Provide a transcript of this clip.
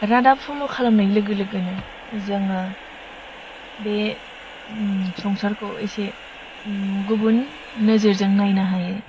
रादाब फल' खालामनाय लोगो लोगोनो जोङो बे संसारखौ एसे गुबुन नोजोरजों नायनो हायो